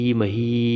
Mahi